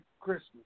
Christmas